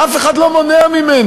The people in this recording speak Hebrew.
אף אחד לא מונע ממנו.